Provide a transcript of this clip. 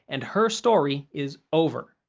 and her story is over.